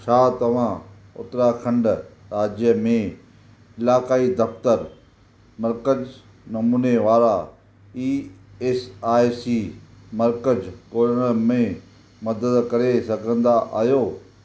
छा तव्हां उत्तराखंड राज्य में इलाक़ाई दफ़्तरु मर्कज़ नमूने वारा ई एस आई सी मर्कज़ ॻोल्हण में मदद करे सघंदा आहियो